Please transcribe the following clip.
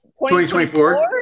2024